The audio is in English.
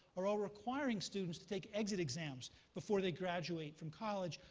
are all requiring students take exit exams before they graduate from college.